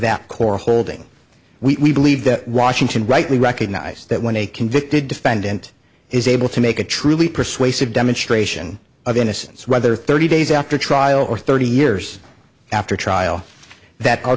that core holding we believe that washington rightly recognize that when a convicted defendant is able to make a truly persuasive demonstration of innocence whether thirty days after trial or thirty years after trial that